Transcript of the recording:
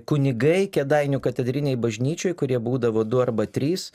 kunigai kėdainių katedrinėj bažnyčioj kurie būdavo du arba trys